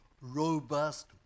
robust